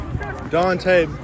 Dante